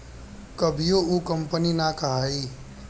कभियो उ कंपनी ना कहाई